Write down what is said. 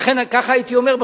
לכן כך הייתי אומר.